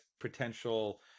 potential